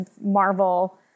Marvel